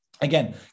Again